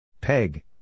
Peg